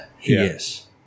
yes